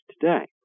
today